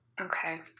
Okay